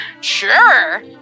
Sure